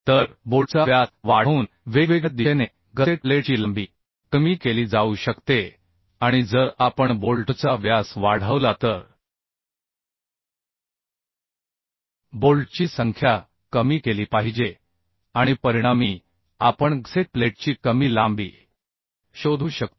तर बोल्टचा व्यास वाढवून वेगवेगळ्या दिशेने गसेट प्लेटची लांबी कमी केली जाऊ शकते आणि जर आपण बोल्टचा व्यास वाढवला तर बोल्टची संख्या कमी केली पाहिजे आणि परिणामी आपण गसेट प्लेटची कमी लांबी शोधू शकतो